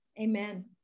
Amen